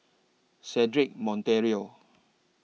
Cedric Monteiro